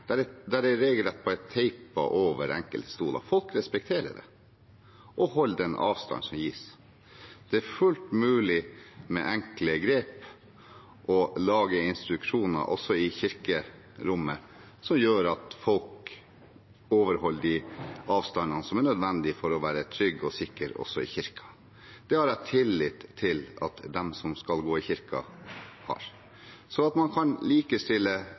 er det regelrett tapet over enkelte stoler. Folk respekterer det og holder den avstanden som angis. Det er fullt mulig med enkle grep å lage instruksjoner også i kirkerommet som gjør at folk overholder de avstandene som er nødvendige for å være trygg og sikker også i kirken. Det har jeg tillit til at de som skal gå i kirken, gjør, sånn at man kan likestille